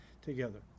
together